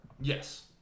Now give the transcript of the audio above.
Yes